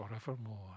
forevermore